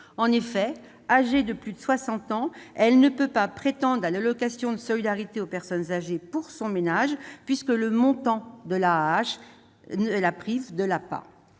!» Âgée de plus de 60 ans, elle ne peut en effet pas prétendre à l'allocation de solidarité aux personnes âgées pour son ménage, puisque le montant de l'AAH la prive de l'APA.